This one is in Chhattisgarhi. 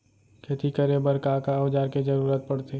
खेती करे बर का का औज़ार के जरूरत पढ़थे?